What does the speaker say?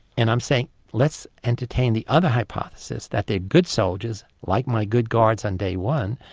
and i'm saying let's entertain the other hypothesis that they are good soldiers, like my good guards on day one,